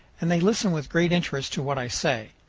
and they listen with great interest to what i say.